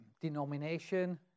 denomination